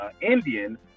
Indian